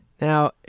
Now